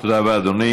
תודה, רבה, אדוני.